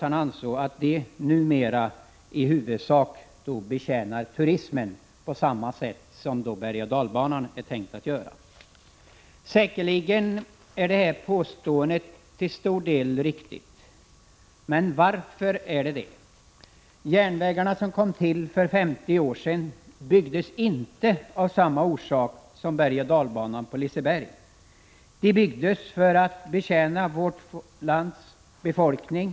Han ansåg att de numera i huvudsak betjänade turismen på samma sätt som bergoch dalbanan var tänkt att göra. Säkerligen är det påståendet till stor del riktigt. Men varför är det det? Järnvägarna som kom till för 50 år sedan byggdes inte av samma orsak som bergoch dalbanan på Liseberg. De byggdes för att betjäna vårt lands befolkning.